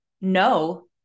no